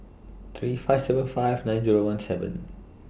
three five seven five nine Zero one seven